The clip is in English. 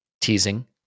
teasing